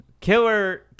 Killer